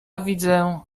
widzę